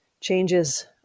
changes